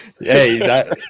Hey